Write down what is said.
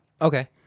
Okay